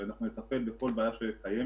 ואנחנו נטפל בכל בעיה שקיימת.